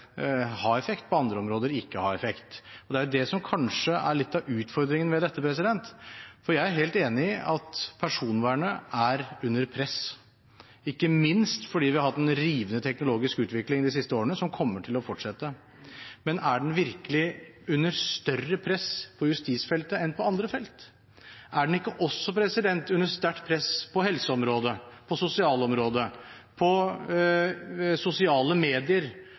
effekt, på andre områder ikke ha effekt. Det er det som kanskje er litt av utfordringen ved dette, for jeg er helt enig i at personvernet er under press, ikke minst fordi vi har hatt en rivende teknologisk utvikling de siste årene, og den kommer til å fortsette. Men er den virkelig under større press på justisfeltet enn på andre felt? Er den ikke også under sterkt press på helseområdet, på sosialområdet, på sosiale medier,